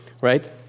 right